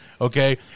Okay